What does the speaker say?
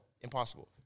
impossible